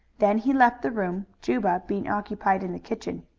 then he left the room, juba being occupied in the kitchen.